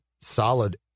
solid